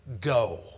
go